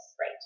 Right